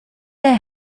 der